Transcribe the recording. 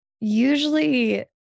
usually